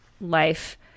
life